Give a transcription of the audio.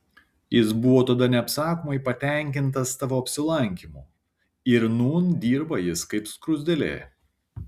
jis buvo tada neapsakomai patenkintas tavo apsilankymu ir nūn dirba jis kaip skruzdėlė